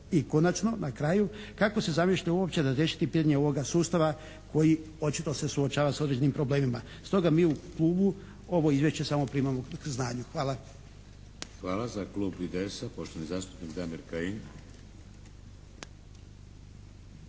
I konačno na kraju kako se zamišlja uopće razriješiti pitanje ovoga sustava koji očito se suočava sa određenim problemima. Stoga mi u klubu ovo izvješće samo primamo k znanju. Hvala. **Šeks, Vladimir (HDZ)** Hvala. Za klub IDS-a poštovani zastupnik Damir Kajin.